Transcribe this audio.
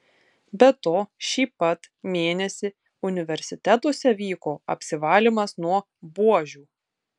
be to šį pat mėnesį universitetuose vyko apsivalymas nuo buožių